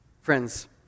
Friends